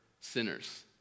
sinners